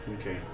Okay